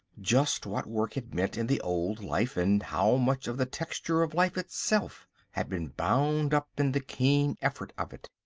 just what work had meant in the old life, and how much of the texture of life itself had been bound up in the keen effort of it.